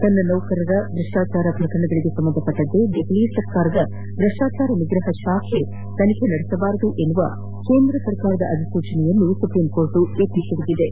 ತನ್ನ ಸೌಕರರನ್ನು ಭ್ರಷ್ಗಾಚಾರ ಪ್ರಕರಣಗಳಿಗೆ ಸಂಬಂಧಿಸಿದಂತೆ ದೆಹಲಿ ಸರ್ಕಾರದ ಭ್ರಷ್ಟಾಚಾರ ನಿಗ್ರಹ ಶಾಖೆ ತನಿಖೆ ನಡೆಸಬಾರದು ಎಂಬ ಕೇಂದ್ರ ಸರ್ಕರಾದ ಅಧಿಸೂಚನೆಯನ್ನು ಸರ್ವೋನ್ನತ ನ್ಯಾಯಾಲಯ ಎತ್ತಿ ಹಿಡಿಯಿತು